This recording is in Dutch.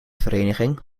vereniging